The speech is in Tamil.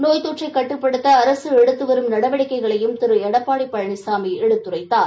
நோய் தொற்றை கட்டுப்படுத்த அரசு எடுத்து வரும் நடவடிக்கைகளையும் திரு எடப்பாடி பழனிசாமி எடுத்துரைத்தார்